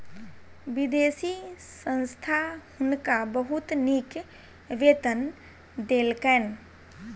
विदेशी संस्था हुनका बहुत नीक वेतन देलकैन